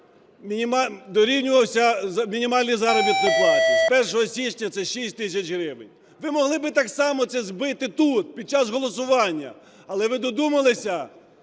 дорівнювався мінімальній заробітній платі, з 1 січня – це 6 тисяч гривень. Ви могли би так само це збити тут під час голосування, але ви додумалися